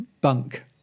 bunk